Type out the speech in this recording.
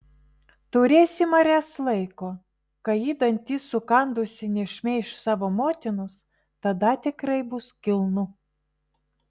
turėsi marias laiko kai ji dantis sukandusi nešmeiš savo motinos tada tikrai bus kilnu